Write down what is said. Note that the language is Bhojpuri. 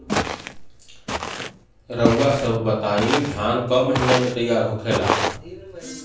रउआ सभ बताई धान क महीना में तैयार होखेला?